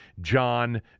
John